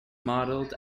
modelled